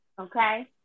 okay